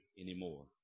anymore